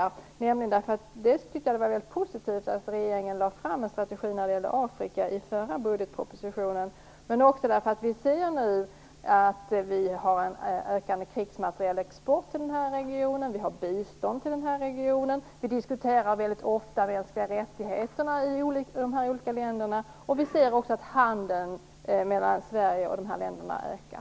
Jag ställde den nämligen därför att jag tyckte att det var väldigt positivt att regeringen lade fram en strategi för Afrika i förra budgetpropositionen, men också därför att vi nu ser att vi har en ökande krigsmaterielexport till Asien, att vi har bistånd till denna region, att vi väldigt ofta diskuterar de mänskliga rättigheterna i de här olika länderna och att vi också ser att handeln mellan Sverige och de här länderna ökar.